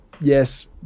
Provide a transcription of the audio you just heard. Yes